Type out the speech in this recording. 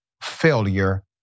failure